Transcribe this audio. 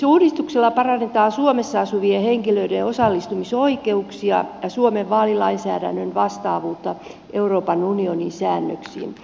uudistuksella parannetaan suomessa asuvien henkilöiden osallistumisoikeuksia ja suomen vaalilainsäädännön vastaavuutta euroopan unionin säännöksiin